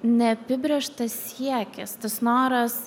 neapibrėžtas siekis tas noras